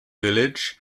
village